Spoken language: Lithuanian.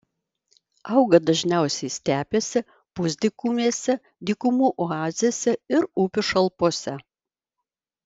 auga dažniausiai stepėse pusdykumėse dykumų oazėse ir upių šalpose